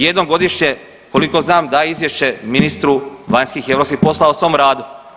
Jednom godišnje koliko znam daje izvješće ministru vanjskih i europski poslova o svom radu.